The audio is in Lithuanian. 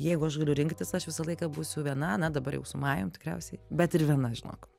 jeigu aš galiu rinktis aš visą laiką būsiu viena na dabar jau su majum tikriausiai bet ir viena žinok